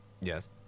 Yes